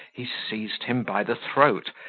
he seized him by the throat,